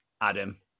Adam